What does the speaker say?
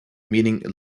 meaning